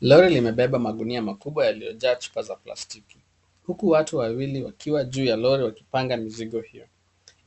Lori limebeba magunia makubwa yailiyojaa chupa za plastiki huku watu wawili wakiwa juu ya lori wakipanga mizigo hiyo.